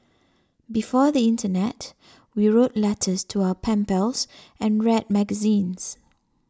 before the internet we wrote letters to our pen pals and read magazines